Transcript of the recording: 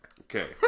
Okay